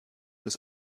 des